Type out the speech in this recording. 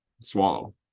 Swallow